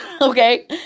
okay